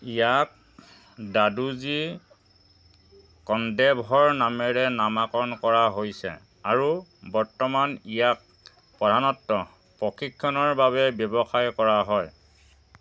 ইয়াক দাদোজী ক'ণ্ডেভৰ নামেৰে নামকৰণ কৰা হৈছে আৰু বৰ্তমান ইয়াক প্ৰধানতঃ প্ৰশিক্ষণৰ বাবে ব্যৱহাৰ কৰা হয়